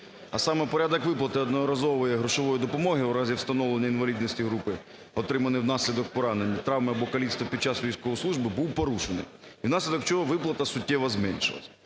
а саме: порядок виплати одноразової грошової допомоги у разі встановлення інвалідності групи, отриманої внаслідок поранення, травми або каліцтва під час військової служби, був порушений і внаслідок чого виплата суттєво зменшилась.